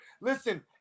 listen